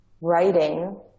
writing